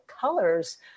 colors